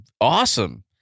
awesome